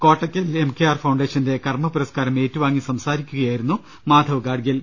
Kottakkal MKR ഫൌണ്ടേഷന്റെ കർമ പുരസ്കാരം ഏറ്റുവാങ്ങി സംസാരിക്കുകയായിരുന്നു മാധവ് ഗാഡ്ഗിൽ